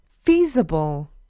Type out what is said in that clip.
Feasible